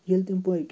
ییٚلہِ تِم پٔکۍ